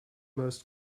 most